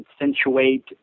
accentuate